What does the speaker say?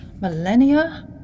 Millennia